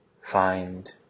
Find